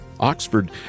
Oxford